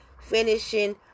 finishing